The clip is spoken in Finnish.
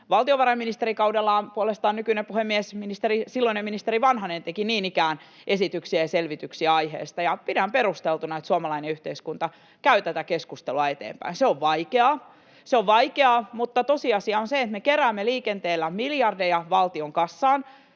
Valtiovarainministerikaudellaan puolestaan nykyinen puhemies, silloinen ministeri Vanhanen teki niin ikään esityksiä ja selvityksiä aiheesta, ja pidän perusteltuna, että suomalainen yhteiskunta käy tätä keskustelua eteenpäin. Se on vaikeaa — se on vaikeaa — mutta tosiasia on se, että me keräämme liikenteellä miljardeja valtionkassaan